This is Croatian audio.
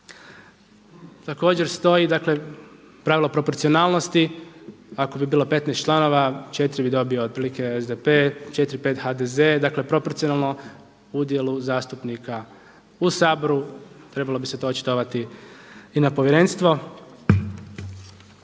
Također stoji pravilo proporcionalnosti, ako bi bilo 15 članova, 4 bi dobio otprilike SDP, 4,5 HDZ dakle proporcionalno udjelu zastupnika u Saboru trebalo bi se to očitovati i na povjerenstvo.